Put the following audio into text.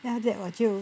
then after that 我就